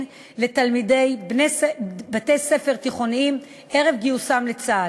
לתלמידי בתי-ספר תיכוניים ערב גיוסם לצה"ל.